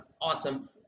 awesome